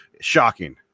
shocking